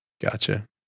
Gotcha